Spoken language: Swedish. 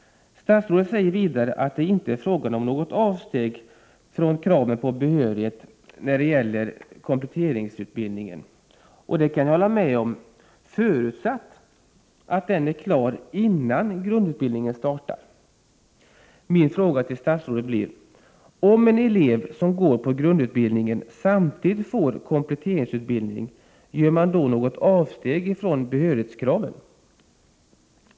Statsrådet säger vidare att det inte är fråga om något avsteg från kravet på behörighet när det gäller kompletteringsutbildningen. Det kan jag hålla med om förutsatt att den är klar innan grundutbildningen startar. Min fråga till statsrådet blir: Om en elev som går på grundutbildningen samtidigt får kompletteringsutbildning, gör man då något avsteg från behörighetskraven?